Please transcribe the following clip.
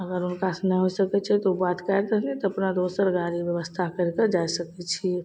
अगर हुनकासे नहि होइ सकै छै तऽ करिके बात काटि देलिए तब अपना दोसर गाड़ी बेबस्था करिके जाइ सकै छिए